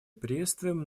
приветствуем